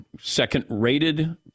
second-rated